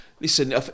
listen